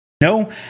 No